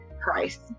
price